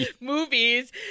movies